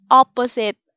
opposite